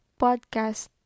podcast